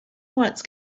once